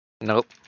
Nope